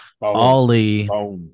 ollie